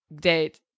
Date